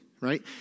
right